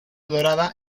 dorada